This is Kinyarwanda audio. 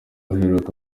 aheruka